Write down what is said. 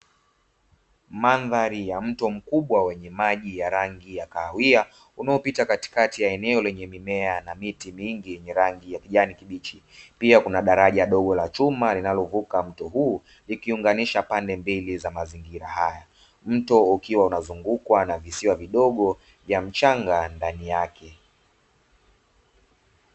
Mandhari ya mto mkubwa wenye maji ya rangi ya kahawia, unaopita katikati ya eneo lenye mimea na miti mingi yenye rangi ya kijani kibichi, pia kuna daraja dogo la chuma linalovuka mto huu ikiunganisha pande mbili za mazingira haya. Mto ukiwa unazungukwa na visiwa vidogo vya mchanga ndani yake.